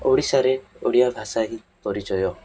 ଓଡ଼ିଶାରେ ଓଡ଼ିଆ ଭାଷା ହିଁ ପରିଚୟ